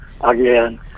again